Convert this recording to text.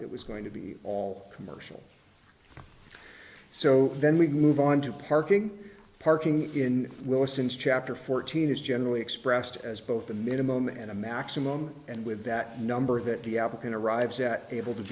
it was going to be all commercial so then we move on to parking parking in willesden chapter fourteen is generally expressed as both the minimum and a maximum and with that number that the applicant arrives at able to